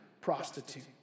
prostitute